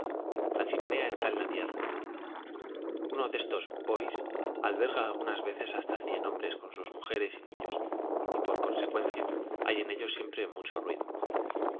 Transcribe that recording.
la chimenea está en la tierra uno de estos bo alberga algunas veces hasta cien hombres con sus mujeres y niños y por consecuencia hay en ellos siempre mucho ruido